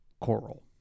Coral